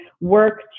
work